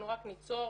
אנחנו רק ניצור